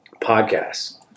podcasts